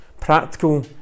practical